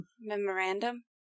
memorandum